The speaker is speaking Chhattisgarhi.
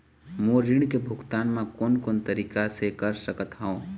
मोर ऋण के भुगतान म कोन कोन तरीका से कर सकत हव?